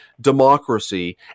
democracy